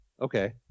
Okay